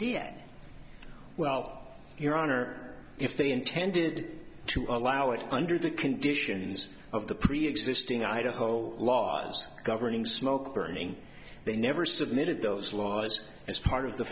dear well your honor if they intended to allow it under the conditions of the preexisting idaho laws governing smoke burning they never submitted those laws as part of the